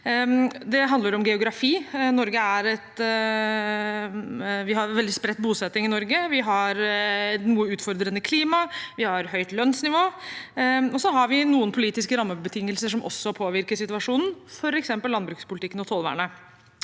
Det handler om geografi. Vi har veldig spredt bosetning i Norge, vi har et noe utfordrende klima, vi har høyt lønnsnivå, og så har vi noen politiske rammebetingelser som også påvirker situasjonen, f.eks. landbrukspolitikken og tollvernet.